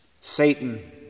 Satan